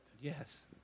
yes